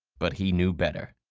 but he knew better.